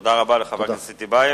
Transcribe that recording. תודה רבה לחבר הכנסת טיבייב.